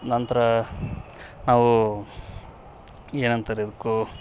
ನಂತರ ನಾವು ಏನಂತಾರೆ ಇದ್ಕು